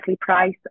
Price